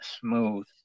smooth